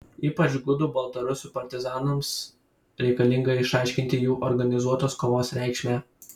ypač gudų baltarusių partizanams reikalinga išaiškinti jų organizuotos kovos reikšmę